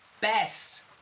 best